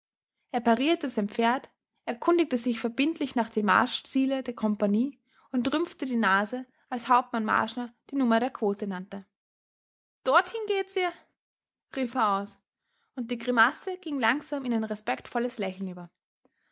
er parierte sein pferd erkundigte sich verbindlich nach dem marschziele der kompagnie und rümpfte die nase als hauptmann marschner die nummer der quote nannte dorthin geht's ihr rief er aus und die grimasse ging langsam in ein respektvolles lächeln über